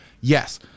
Yes